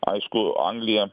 aišku anglija